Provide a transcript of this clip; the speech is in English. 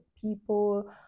people